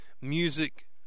music